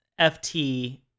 FT